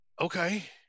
Okay